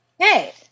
Okay